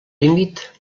límit